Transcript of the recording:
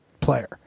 player